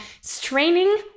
straining